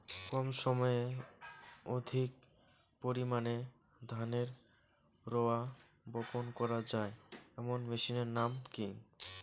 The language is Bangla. কম সময়ে অধিক পরিমাণে ধানের রোয়া বপন করা য়ায় এমন মেশিনের নাম কি?